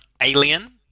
Alien